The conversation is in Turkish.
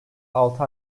altı